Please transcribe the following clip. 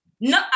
No